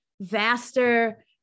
vaster